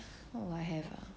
what would I have ah